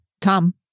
Tom